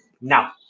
Now